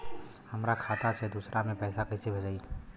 हमरा खाता से दूसरा में कैसे पैसा भेजाई?